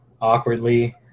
awkwardly